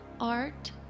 art